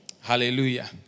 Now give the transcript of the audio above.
Hallelujah